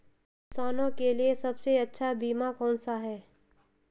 किसानों के लिए सबसे अच्छा बीमा कौन सा है?